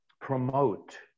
promote